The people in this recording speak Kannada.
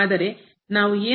ಆದರೆ ನಾವು ಏನು ಮಾಡಬಹುದು